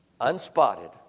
unspotted